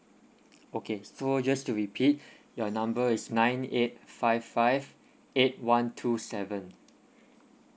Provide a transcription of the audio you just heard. okay so just to repeat your number is nine eight five five eight one two seven